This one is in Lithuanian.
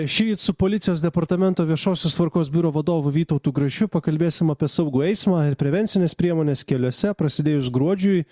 šįryt su policijos departamento viešosios tvarkos biuro vadovu vytautu grašiu pakalbėsim apie saugų eismą ir prevencines priemones keliuose prasidėjus gruodžiui